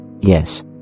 Yes